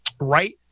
right